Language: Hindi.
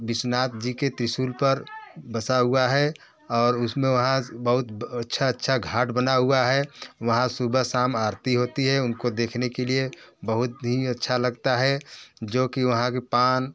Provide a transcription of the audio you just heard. विस्वनाथ जी के त्रिसुल पर बसा हुआ है और उस में वहाँ बहुत अच्छे अच्छे घाट बना हुए हैं वहाँ सुबह शाम आरती होती है उनको देखने के लिए बहुत ही अच्छा लगता है जो कि वहाँ की पान